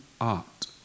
art